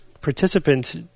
participants